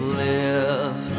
live